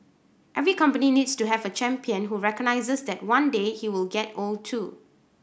every company needs to have a champion who recognises that one day he will get old too